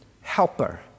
helper